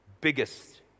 biggest